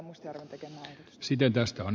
mustajärven tekemää esitystä